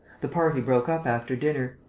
the party broke up after dinner.